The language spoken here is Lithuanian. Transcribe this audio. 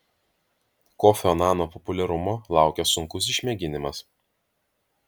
kofio anano populiarumo laukia sunkus išmėginimas